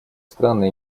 страны